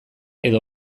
edo